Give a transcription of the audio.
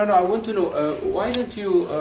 i want to know why don't you,